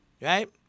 right